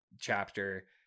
chapter